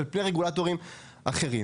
על פני רגולטורים אחרים,